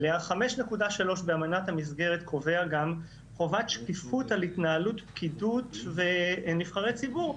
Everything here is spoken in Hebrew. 5.3 באמנת המסגרת קובע גם חובת שקיפות על התנהלות פקידות ונבחרי ציבור.